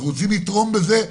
אנחנו רוצים לתרום בזה,